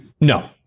No